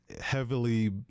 heavily